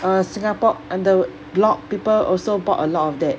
uh singapore and the blog people also bought a lot of that